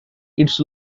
its